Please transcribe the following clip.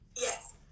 Yes